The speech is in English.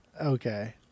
okay